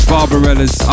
Barbarella's